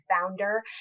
founder